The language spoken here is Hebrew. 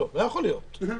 לא יכול להיות.